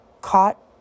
caught